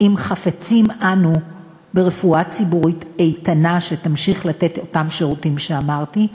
אם חפצים אנו ברפואה ציבורית איתנה שתמשיך לתת את אותם שירותים שאמרתי.